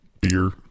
beer